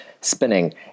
spinning